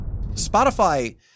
Spotify